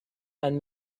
and